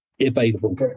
available